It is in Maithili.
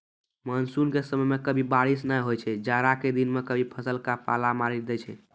मानसून के समय मॅ कभी बारिश नाय होय छै, जाड़ा के दिनों मॅ कभी फसल क पाला मारी दै छै